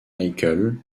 michael